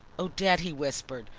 odette! he whispered.